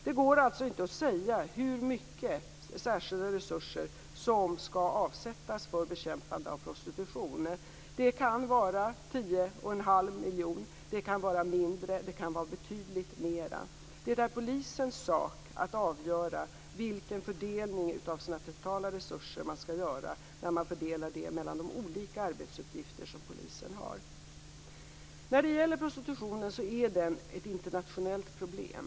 Det går alltså inte att säga hur mycket särskilda resurser som skall avsättas för bekämpande av prostitution. Det kan vara 10 1⁄2 miljon, det kan vara mindre, och det kan vara betydligt mera. Det är polisens sak att avgöra vilken fördelning mellan sina olika arbetsuppgifter som den skall göra av sina totala tillgängliga resurser. Prostitutionen är ett internationellt problem.